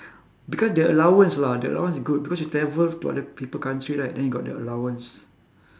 because the allowance lah the allowance is good because you travel to other people country right then you got the allowance